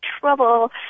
trouble